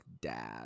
dad